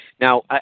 Now